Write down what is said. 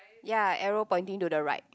ya arrow pointing to the right